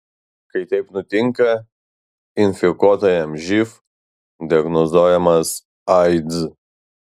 kai taip nutinka infekuotajam živ diagnozuojamas aids